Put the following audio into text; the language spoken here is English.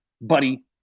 buddy